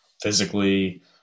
physically